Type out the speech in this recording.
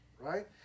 right